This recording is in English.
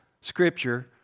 scripture